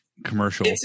commercial